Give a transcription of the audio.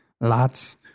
Lots